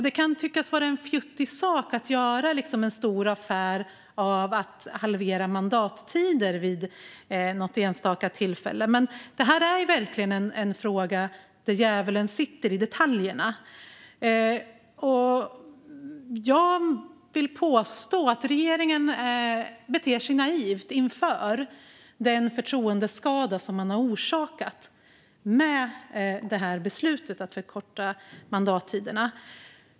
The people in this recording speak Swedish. Det kan tyckas vara en fjuttig sak att göra en stor affär av att man halverar mandattiden vid något enstaka tillfälle, men detta är verkligen en fråga där djävulen sitter i detaljerna. Jag påstår att regeringen beter sig naivt inför den förtroendeskada man har orsakat genom beslutet att förkorta mandattiden.